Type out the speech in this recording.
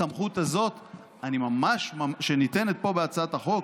את הסמכות הזאת שניתנת פה בהצעת החוק,